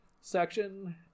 section